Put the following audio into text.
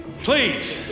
Please